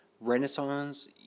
Renaissance